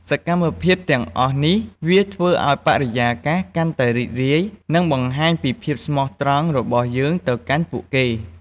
សកម្មភាពទាំងអស់នេះ វាធ្វើឱ្យបរិយាកាសកាន់តែរីករាយ និងបង្ហាញពីភាពស្មោះត្រង់របស់យើងទៅកាន់ពួកគេ។